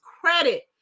credit